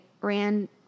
ran